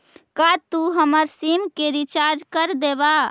का तू हमर सिम के रिचार्ज कर देबा